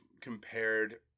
compared